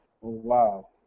wow